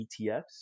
ETFs